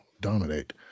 dominate